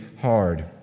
hard